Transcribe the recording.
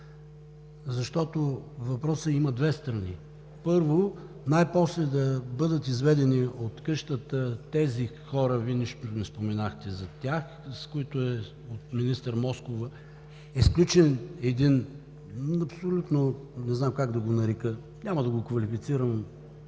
Защото въпросът има две страни. Първо, най-после да бъдат изведени от къщата тези хора, Вие нищо не споменахте за тях, с които от министър Москова е сключен един – не знам как да го нарека, няма да го квалифицирам,